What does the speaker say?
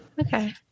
Okay